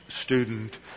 student